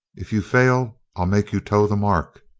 if you fail i'll make you toe the mark.